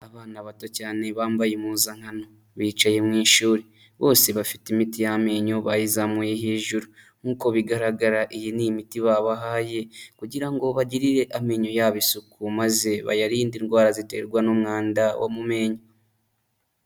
Abana bato cyane bambaye impuzankano bicaye mu ishuri, bose bafite imiti y'amenyo bayizamuye hejuru. Nk'uko bigaragara iyi ni imiti babahaye kugira ngo bagirire amenyo yabo isuku maze bayarinde indwara ziterwa n'umwanda wo mu menyo.